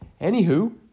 anywho